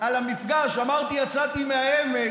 אמרתי שיצאתי מהעמק,